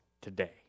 today